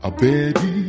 Baby